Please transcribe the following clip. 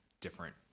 different